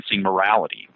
morality